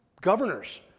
governors